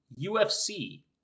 UFC